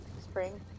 spring